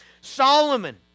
Solomon